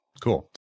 Cool